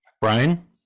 Brian